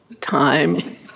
time